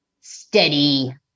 steady